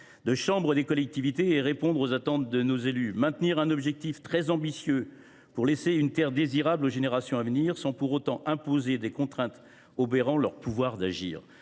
de chambre des collectivités et répondre aux attentes de nos élus : maintenir un objectif très ambitieux, pour laisser une terre désirable aux générations à venir sans pour autant imposer des contraintes obérant leur pouvoir d’agir